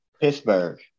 Pittsburgh